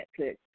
Netflix